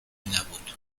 نبود